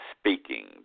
speaking